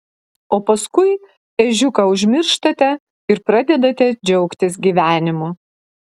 o paskui ežiuką užmirštate ir pradedate džiaugtis gyvenimu